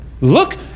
Look